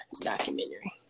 documentary